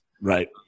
Right